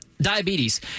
Diabetes